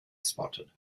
spotted